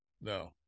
No